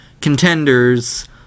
contenders